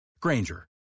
Granger